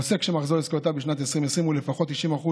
ועוסק שמחזור עסקאותיו בשנת 2020 הוא לפחות 90%